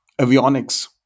avionics